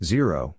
Zero